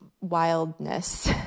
wildness